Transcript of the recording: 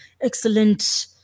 excellent